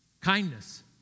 Kindness